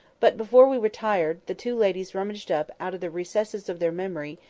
but before we retired, the two ladies rummaged up, out of the recesses of their memory,